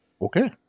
Okay